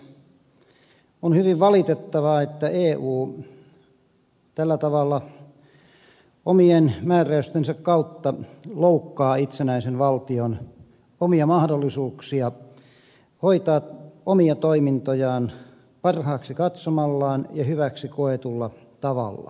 on hyvin valitettavaa että eu tällä tavalla omien määräystensä kautta loukkaa itsenäisen valtion omia mahdollisuuksia hoitaa omia toimintojaan parhaaksi katsomallaan ja hyväksi koetulla tavalla